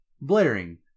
Blaring